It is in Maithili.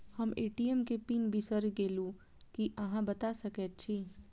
हम ए.टी.एम केँ पिन बिसईर गेलू की अहाँ बता सकैत छी?